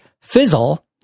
fizzle